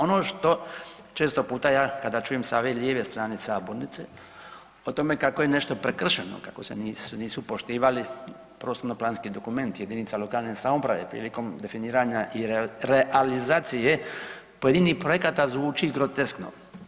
Ono što često puta ja kada čujem sa ove lijeve strane sabornice o tome kako je nešto prekršeno, kako se nisu poštivali prostorno planski dokumenti jedinica lokalne samouprave prilikom definiranja i realizacije pojedinih projekata, zvuči groteskno.